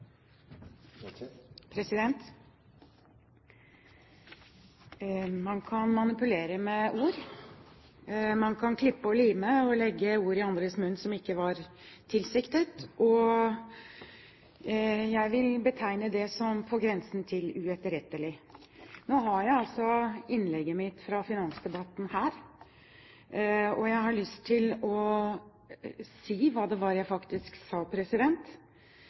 Man kan manipulere med ord. Man kan klippe og lime og legge ord i andres munn som ikke var tilsiktet, og jeg vil betegne det som på grensen til uetterrettelig. Nå har jeg altså innlegget mitt fra finansdebatten her, og jeg har lyst til å si hva det var jeg faktisk sa,